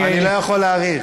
אני לא יכול להאריך.